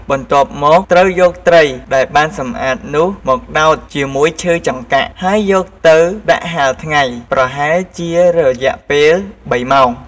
បន្ទាប់មក ត្រូវយកត្រីដែលបានសម្អាតនោះមក ដោតជាមួយឈើចង្កាក់ ហើយយកទៅដាក់ហាលថ្ងៃប្រហែលជារយៈពេល ៣ម៉ោង។